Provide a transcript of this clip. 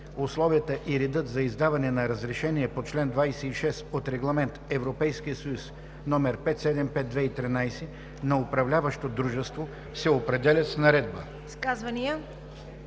Условията и редът за издаване на разрешение по чл. 26 от Регламент (ЕС) № 575/2013 на управляващо дружество се определят с наредба.“